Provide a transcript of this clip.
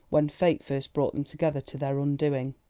when fate first brought them together to their undoing.